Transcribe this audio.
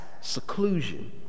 seclusion